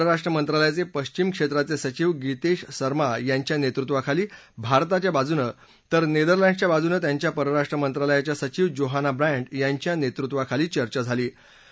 यावेळी परराष्ट्र मंत्रालयाचे पश्मिम क्षेत्राचे सविव गीतेश सर्मा यांच्या नेतृत्वाखाली भारताच्या बाजूनं तर नेदरलँडसच्या बाजूनं त्यांच्या परराष्ट्र मंत्रालयाच्या सचिव जोहाना ब्रँड्ट यांच्या नेतृत्वाखाली चर्चा झाली